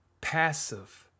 passive